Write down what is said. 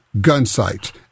Gunsight